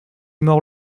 mords